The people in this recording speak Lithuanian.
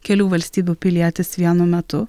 kelių valstybių pilietis vienu metu